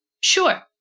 Sure